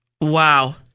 Wow